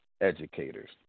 educators